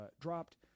dropped